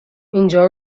اینجا